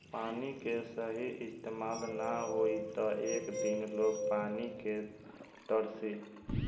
पानी के सही इस्तमाल ना होई त एक दिन लोग पानी के तरसी